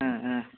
ആ ആ